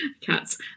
cats